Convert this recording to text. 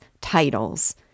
titles